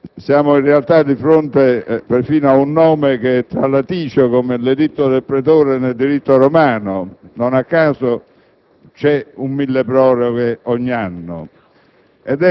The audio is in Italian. Siamo, in realtà, perfino di fronte ad un nome che è tralaticio, come l'editto del pretore nel diritto romano. Non a caso c'è un «mille proroghe» ogni anno.